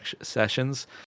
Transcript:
sessions